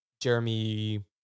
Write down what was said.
Jeremy